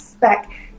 back